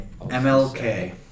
MLK